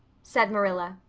said marilla.